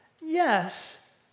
Yes